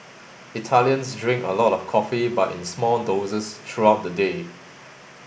Italians drink a lot of coffee but in small doses throughout the day